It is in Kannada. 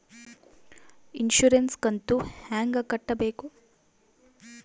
ಇನ್ಸುರೆನ್ಸ್ ಕಂತು ಹೆಂಗ ಕಟ್ಟಬೇಕು?